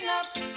up